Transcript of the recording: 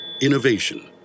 Innovation